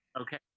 Okay